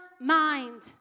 mind